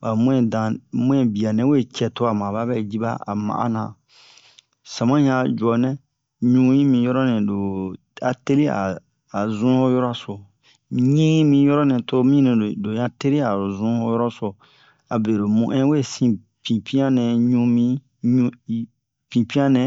ba muɛ dan muɛ bianɛ we cɛ tuamu aba bɛ jiba a ma'a na sama yan'a juanɛ ɲu'i mi yoronɛ lo'a telia a zun'o yoroso ɲi'i mi yoronɛ tomini loya telia aro zun'o yoroso abe lo mu'in we sin pipianɛ ɲumi ɲu hi pipianɛ